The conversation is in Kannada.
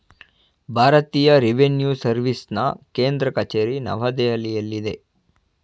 ಭಾರತೀಯ ರೆವಿನ್ಯೂ ಸರ್ವಿಸ್ನ ಕೇಂದ್ರ ಕಚೇರಿ ನವದೆಹಲಿಯಲ್ಲಿದೆ